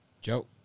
Joe